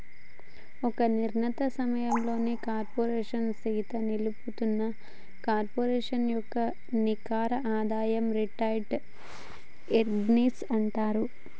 ఒక నిర్ణీత సమయంలో కార్పోరేషన్ సీత నిలుపుతున్న కార్పొరేషన్ యొక్క నికర ఆదాయం రిటైర్డ్ ఎర్నింగ్స్ అంటారు